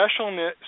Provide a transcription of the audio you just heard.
specialness